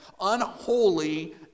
unholy